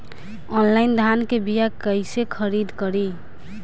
Online धान के बीया कइसे खरीद करी?